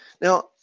Now